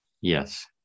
Yes